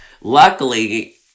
Luckily